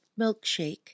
milkshake